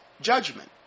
judgment